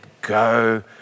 go